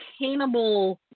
attainable